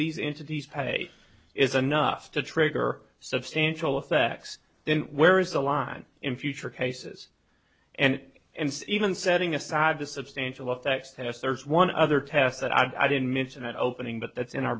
these into these pay is enough to trigger substantial effects then where is the line in future cases and even setting aside the substantial effects test there's one other test that i didn't mention at opening but that's in our